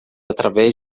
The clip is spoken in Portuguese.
através